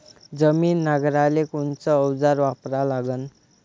जमीन नांगराले कोनचं अवजार वापरा लागन?